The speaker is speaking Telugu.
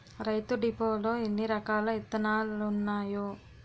రైతు డిపోలో ఎన్నిరకాల ఇత్తనాలున్నాయో